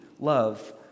love